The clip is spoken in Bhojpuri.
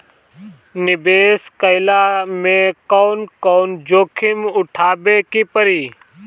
निवेस कईला मे कउन कउन जोखिम उठावे के परि?